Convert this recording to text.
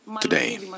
today